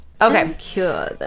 Okay